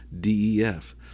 def